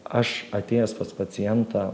aš atėjęs pas pacientą